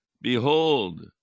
Behold